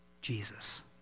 Jesus